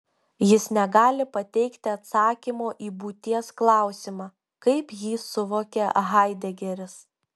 jis negali pateikti atsakymo į būties klausimą kaip jį suvokia haidegeris